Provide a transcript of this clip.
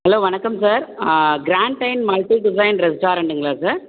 hello வணக்கம் sir க்ராண்டைன் multi cuisine ரெஸ்டாரண்ட்டுங்களா சார்